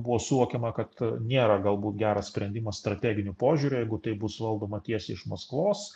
buvo suokiama kad nėra galbūt geras sprendimas strateginiu požiūriu jeigu tai bus valdoma tiesiai iš maskvos